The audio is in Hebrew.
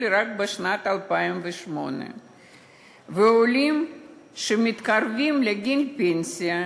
רק בשנת 2008. עולים שמתקרבים לגיל פנסיה,